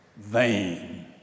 vain